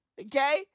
Okay